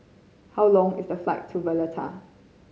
how long is the flight to Valletta